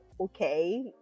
okay